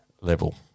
level